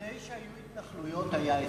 לפני שהיו התנחלויות היה הסדר?